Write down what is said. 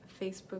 Facebook